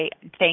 thank